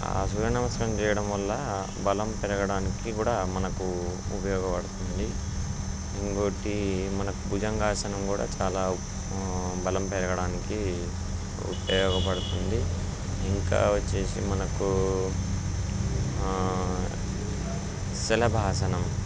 ఆ సూర్య నమస్కారం చేయడం వల్ల బలం పెరగడానికి కూడా మనకు ఉపయోగపడుతుంది ఇంకోటి మనకు భుజంగాసనం కూడా చాలా బలం పెరగడానికి ఉపయోగపడుతుంది ఇంకా వచ్చి మనకు శలభాసనం